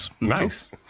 Nice